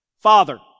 father